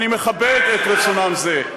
אני מכבד את רצונם זה.